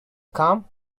come